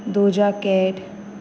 दुजा cat